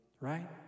right